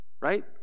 right